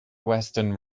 western